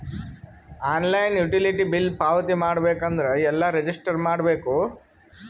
Online utility bill ಪಾವತಿ ಮಾಡಬೇಕು ಅಂದ್ರ ಎಲ್ಲ ರಜಿಸ್ಟರ್ ಮಾಡ್ಬೇಕು?